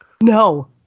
No